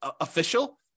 official